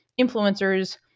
influencers